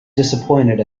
disappointed